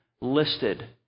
listed